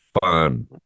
fun